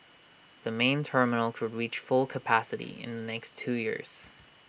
the main terminal could reach full capacity in the next two years